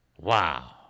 Wow